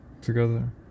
together